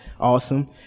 Awesome